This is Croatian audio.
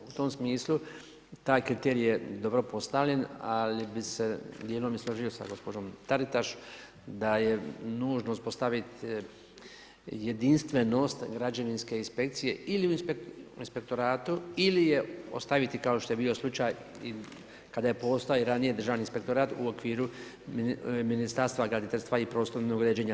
U tom smislu taj kriterij je dobro postavljen, ali bi se dijelom i složio s gospođom Taritaš, da je nužno uspostaviti jedinstvenost građevinske inspekcije ili u inspektoratu ili ju ostaviti, kao što je bio slučaj, kada je postoje i ranije državni inspektorat u okviru ministarstva graditeljstva i prostornog uređenja.